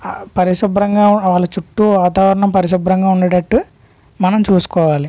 పరిశుభ్రంగా వాళ్ళ చుట్టు వాతావరణం పరిశుభ్రంగా ఉండేటట్టు మనం చూసుకోవాలి